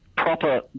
proper